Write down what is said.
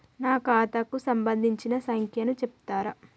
నా ఖాతా కు సంబంధించిన సంఖ్య ను చెప్తరా?